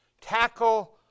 Tackle